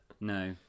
No